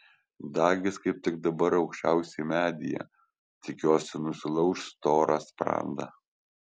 dagis kaip tik dabar aukščiausiai medyje tikiuosi nusilauš storą sprandą